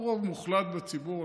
והוא רוב מוחלט בציבור,